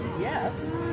yes